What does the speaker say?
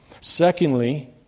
Secondly